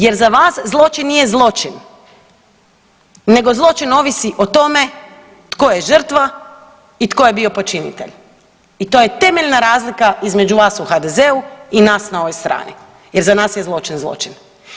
Jer za vas zločin nije zločin, nego zločin ovisi o tome tko je žrtva i tko je bio počinitelj i to je temeljna razlika između vas u HDZ-u i nas na ovoj strani jer za nas je zločin – zločin.